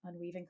unweaving